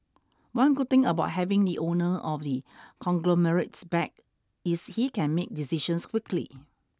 one good thing about having the owner of the conglomerates back is he can make decisions quickly